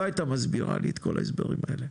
לא הייתה מסבירה לי את כל ההסברים האלה,